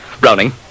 Browning